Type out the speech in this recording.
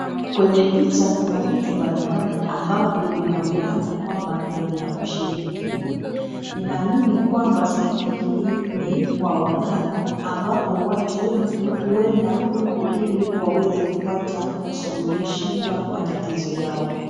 Kwenye picha kuna vitu mbalimbali ambavyo vinaonekana kwamba ni vya ushirikina ninaamini kwamba sehemu hii ni kwa waganga ambapo watu wengi huenda huku ili waweze kupata kusuluhishiwa matatizo yao.